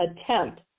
attempt